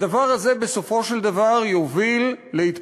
הדבר הזה בסופו של דבר יוביל להתפוצצות.